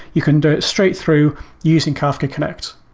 you can do it straight through using kafka connect.